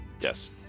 Yes